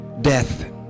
death